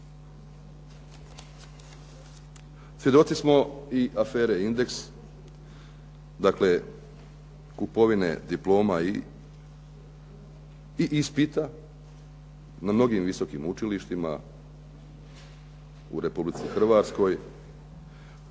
Svjedoci smo i afere "Indeks", dakle kupovine diploma i ispita na mnogim visokim učilištima u Republici Hrvatskoj